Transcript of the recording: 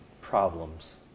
problems